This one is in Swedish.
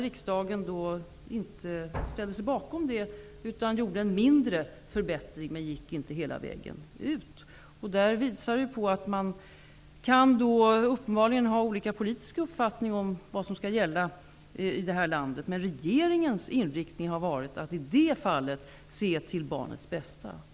Riksdagen ställde sig inte bakom förslaget utan gjorde en mindre förbättring, men gick inte hela vägen. Det visar att det uppenbarligen finns olika politiska uppfattningar om vad som skall gälla i det här landet. Regeringens inriktning har varit att i det fallet se till barnets bästa.